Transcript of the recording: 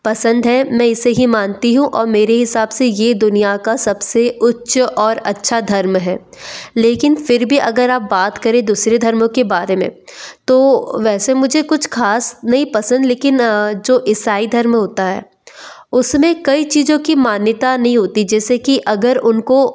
पसंद है मैं इसे ही मानती हूँ और मेरे हिसाब से यह दुनिया का सबसे उच्च और अच्छा धर्म है लेकिन फिर भी अगर आप बात करें दूसरे धर्मों के बारे में तो वैसे मुझे कुछ खास नहीं पसंद लेकिन जो ईसाई धर्म होता है उसमें कई चीज़ों की मान्यता नहीं होती जैसे कि अगर उनको